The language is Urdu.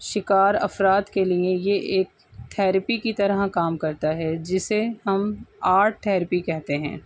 شکار افراد کے لیے یہ ایک تھیرپی کی طرح کام کرتا ہے جسے ہم آرٹ تھیرپی کہتے ہیں